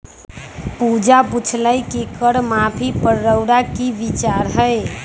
पूजा पुछलई कि कर माफी पर रउअर कि विचार हए